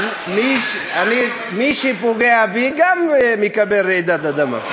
מי שפוגע בי, גם מקבל רעידת אדמה.